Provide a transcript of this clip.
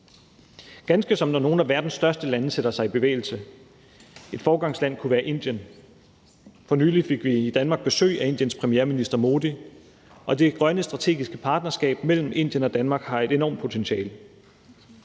ganske ligesom når nogle af verdens største lande sætter sig i bevægelse. Et foregangsland kunne være Indien. For nylig fik vi i Danmark besøg af Indiens premierminister, Modi, og det grønne strategiske partnerskab mellem Indien og Danmark har et enormt potentiale.